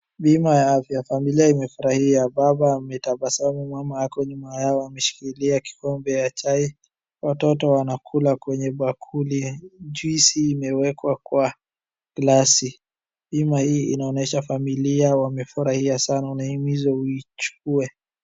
Bima ya afya. Familia imefurahia, baba ametabasamu, mama ako nyuma yao ameshikilia kikombe ya chai. Watoto wanakula kwenye bakuli. Juisi imewekwa kwa glasi. Bima hii inaonyesha familia wamefurahia sana. Unahimizwa uichukue.